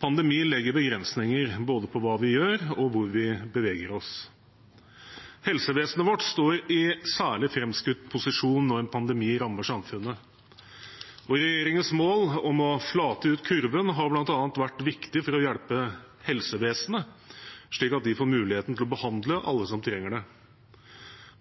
pandemi legger begrensninger på både hva vi gjør, og hvor vi beveger oss. Helsevesenet vårt står i en særlig framskutt posisjon når en pandemi rammer samfunnet. Regjeringens mål om å flate ut kurven har bl.a. vært viktig for å hjelpe helsevesenet, slik at de får muligheten til å behandle alle som trenger det.